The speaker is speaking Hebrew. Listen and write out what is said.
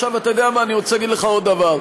עכשיו אתה יודע מה, אני רוצה להגיד לך עוד דבר,